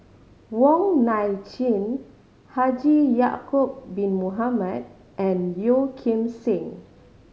Wong Nai Chin Haji Ya'acob Bin Mohamed and Yeo Kim Seng